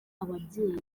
ababyeyi